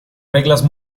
reglas